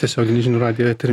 tiesioginį žinių radijo eterį